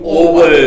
over